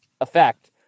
effect